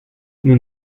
nous